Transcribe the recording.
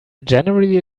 generally